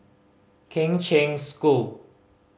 Kheng Cheng School